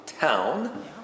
town